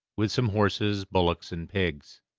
with some horses, bullocks, and pigs.